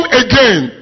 again